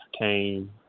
came